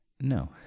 No